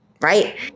right